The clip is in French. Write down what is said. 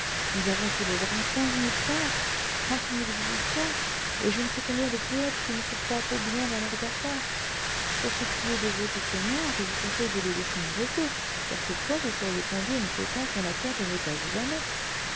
nous avons sur les bras quinze mille peintres trente mille musiciens et je ne sais combien de poëtes qui ne sont pas trop bien dans leurs affaires pour ce qui est de votre poignard je vous conseille de le laisser en repos car cette fois vous seriez pendu à une potence dont la corde ne casse jamais